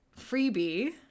freebie